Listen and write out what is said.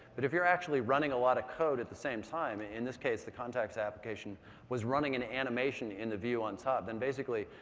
but if you're actually running a lot of code at the same time, in this case, the contacts application was running an animation in the view on the top, then, basically,